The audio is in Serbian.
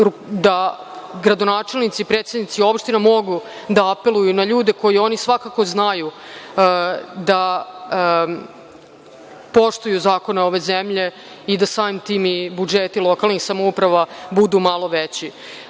da gradonačelnici i predsednici opština mogu da apeluju na ljude koje oni svakako znaju, da poštuju zakone ove zemlje i da samim tim i budžeti lokalnih samouprava budu maloveći. Kao